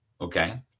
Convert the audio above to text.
Okay